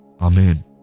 Amen